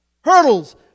hurdles